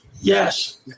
Yes